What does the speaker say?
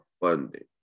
funding